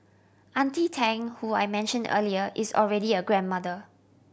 Auntie Tang who I mentioned earlier is already a grandmother